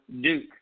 Duke